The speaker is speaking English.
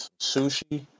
sushi